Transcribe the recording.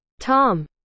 tom